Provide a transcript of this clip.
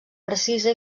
precisa